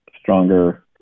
stronger